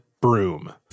broom